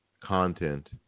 content